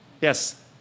Yes